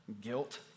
guilt